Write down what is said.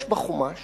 יש בחומש